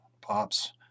Pops